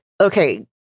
Okay